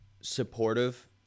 supportive